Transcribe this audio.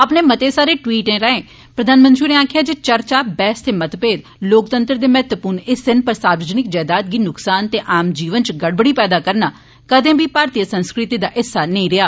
अपने मते सारे ट्वीट राए प्रघानमंत्री होरे आक्खेआ जे चर्चा बहस ते मतभेद लोकतंत्र दे महत्वपूर्ण हिस्से न पर सार्वजनिक जायदाद गी नुक्सान ते आम जीवन च गड़बड़ी पैदा करना कदें बी भारतीय संस्कृति दा हिस्सा नेई रेआ